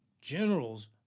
generals